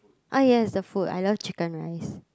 oh yes the food I love chicken rice